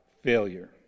failure